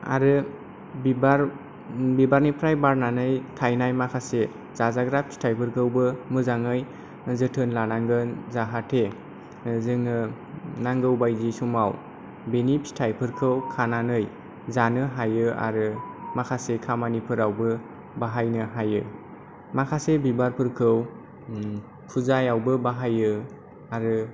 आरो बिबार बिबारनिफ्राय बारनानै थायनाय माखासे जाजाग्रा फिथायफोरखौबो मोजाङै जोथोन लानांगोन जाहाथे ओ जोङो नांगौ बायदि समाव बेनि फिथाइफोरखौ खानानै जानो हायो आरो माखासे खामानि फोरावबो बाहायनो हायो माखासे बिबार फोरखौ फुजायावबो बाहायो आरो